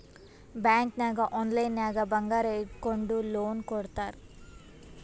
bank ನಾಗ್ ಆನ್ಲೈನ್ ನಾಗೆ ಬಂಗಾರ್ ಇಟ್ಗೊಂಡು ಲೋನ್ ಕೊಡ್ತಾರ್